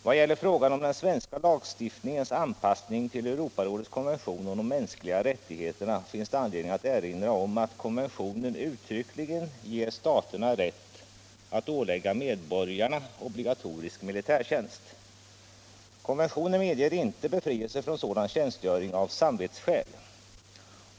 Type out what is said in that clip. Vad gäller frågan om den svenska lagstiftningens anpassning till Europarådets konvention om de mänskliga rättigheterna finns det anledning att erinra om att konventionen uttryckligen ger staterna rätt att ålägga medborgarna obligatorisk militärtjänst. Konventionen medger inte befrielse från sådan tjänstgöring av samvetsskäl.